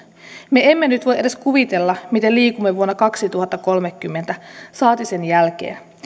me emme nyt voi edes kuvitella miten liikumme vuonna kaksituhattakolmekymmentä saati sen jälkeen